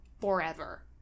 forever